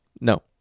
No